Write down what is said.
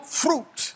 fruit